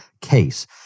case